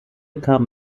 kam